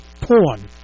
porn